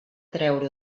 treure